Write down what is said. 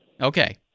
Okay